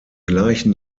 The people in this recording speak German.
gleichen